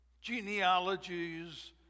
genealogies